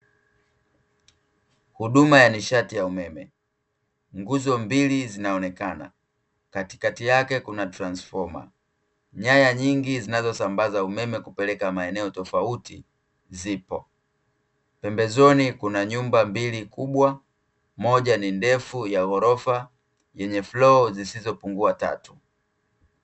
Huduma ya nishati ya umeme, nguzo mbili zinaonekana, katikati yake kuna transfoma. Nyaya nyingi zinazosambaza umeme kupeleka maeneo tofauti zipo. Pembezoni kuna nyumba mbili kubwa, moja ni ndefu ya ghorofa yenye floo zisizopungua tatu.